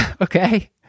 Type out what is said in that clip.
Okay